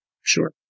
Sure